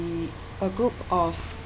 a group of